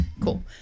Cool